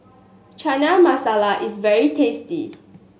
Chana Masala is very tasty